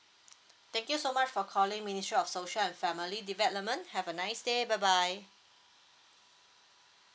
thank you so much for calling ministry of social and family development have a nice day bye bye